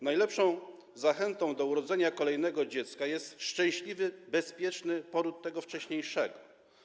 Najlepszą zachętą do urodzenia kolejnego dziecka jest szczęśliwy, bezpieczny poród tego wcześniejszego.